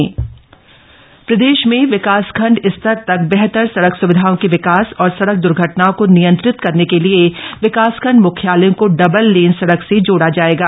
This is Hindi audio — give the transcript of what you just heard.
सड़क चौड़ीकरण प्रदेश में विकासखण्ड स्तर तक बेहतर सड़क स्विधाओं के विकास और सड़क दुर्घटनाओं को नियंत्रित करने के लिये विकासखण्ड मुख्यालयों को डबल लेन सड़क से जोड़ा जायेगा